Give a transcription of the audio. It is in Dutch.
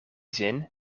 zin